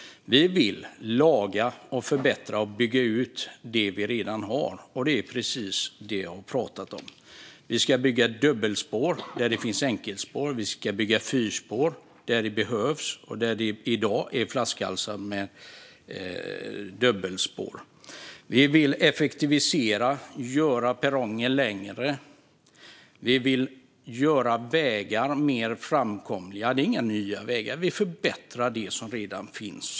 Vi vill laga, förbättra och bygga ut det vi redan har. Det är precis det jag har pratat om. Vi vill bygga dubbelspår där det finns enkelspår, och vi vill bygga fyrspår där det behövs och där det i dag är flaskhalsar på dubbelspåren. Vi vill effektivisera och göra perronger längre. Och vi vill göra vägarna mer framkomliga. Det handlar inte om nya vägar. Vi förbättrar det som redan finns.